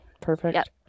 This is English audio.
perfect